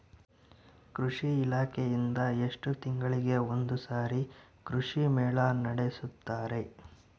ಕೃಷಿ ಇಲಾಖೆಯಿಂದ ಎಷ್ಟು ತಿಂಗಳಿಗೆ ಒಂದುಸಾರಿ ಕೃಷಿ ಮೇಳ ನಡೆಸುತ್ತಾರೆ?